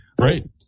Right